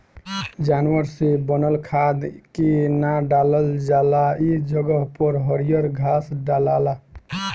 जानवर से बनल खाद के ना डालल जाला ए जगह पर हरियर घास डलाला